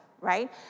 right